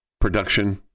production